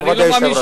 כבוד היושב-ראש,